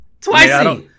Twice